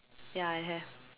ya I have